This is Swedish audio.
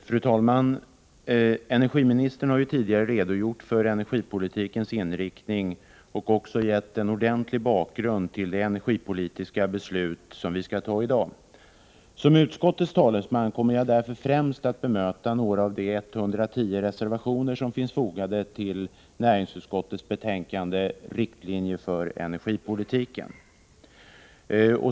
Fru talman! Energiministern har tidigare redogjort för energipolitikens inriktning och också gett en ordentlig bakgrund till det energipolitiska beslut som vi skall ta i dag. Som utskottets talesman kommer jag därför främst att bemöta några av de 110 reservationer som finns fogade till näringsutskottets betänkande Riktlinjer för energipolitiken.